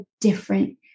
different